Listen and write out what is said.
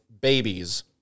babies